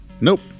Nope